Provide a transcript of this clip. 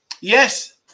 Yes